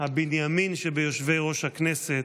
הבנימין שביושבי-ראש הכנסת,